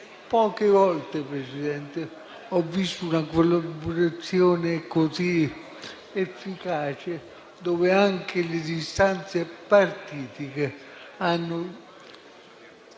Poche volte, signor Presidente, ho visto una collaborazione così efficace, in cui anche le distanze partitiche hanno